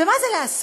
ומה זה "להסביר"?